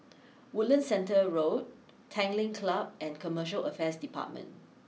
Woodlands Centre Road Tanglin Club and Commercial Affairs Department